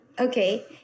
Okay